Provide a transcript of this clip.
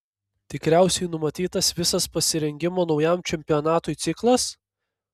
tikriausiai numatytas visas pasirengimo naujam čempionatui ciklas